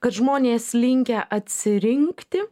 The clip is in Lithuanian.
kad žmonės linkę atsirinkti